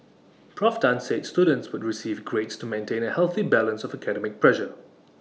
Prof Tan said students would still receive grades to maintain A healthy balance of academic pressure